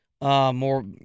more